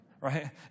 right